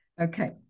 Okay